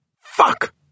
Fuck